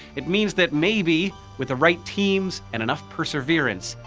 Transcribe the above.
it means that maybe with the right teams and enough perseverance,